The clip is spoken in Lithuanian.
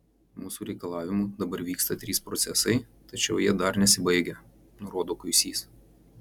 mūsų reikalavimu dabar vyksta trys procesai tačiau jie dar nesibaigę nurodo kuisys